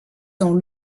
dans